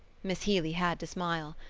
miss healy had to smile.